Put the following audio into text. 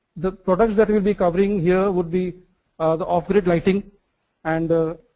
the products that we will be covering here would be the off-grid lighting and the